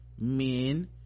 men